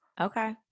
Okay